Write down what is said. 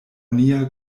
nia